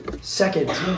Second